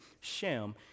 Shem